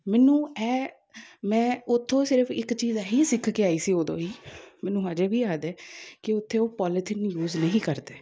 ਮੈਨੂੰ ਇਹ ਮੈਂ ਉੱਥੋਂ ਸਿਰਫ਼ ਇੱਕ ਚੀਜ਼ ਇਹ ਹੀ ਸਿੱਖ ਕੇ ਆਈ ਸੀ ਉਦੋਂ ਹੀ ਮੈਨੂੰ ਹਜੇ ਵੀ ਯਾਦ ਹੈ ਕਿ ਉੱਥੇ ਉਹ ਪੋਲੀਥੀਨ ਯੂਜ ਨਹੀਂ ਕਰਦੇ